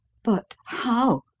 but how?